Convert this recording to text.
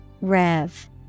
Rev